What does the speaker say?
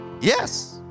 yes